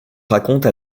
raconte